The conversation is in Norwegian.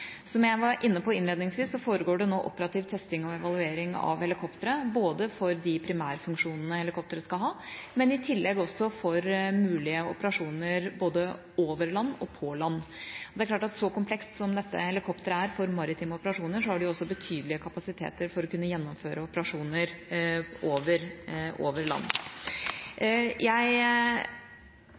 Som jeg var inne på innledningsvis, foregår det nå operativ testing og evaluering av helikoptre for de primærfunksjonene helikopteret skal ha, men i tillegg også for mulige operasjoner både over land og på land. Det er klart at så komplekst som dette helikopteret er for maritime operasjoner, har det også betydelige kapasiteter for å kunne gjennomføre operasjoner over land. Jeg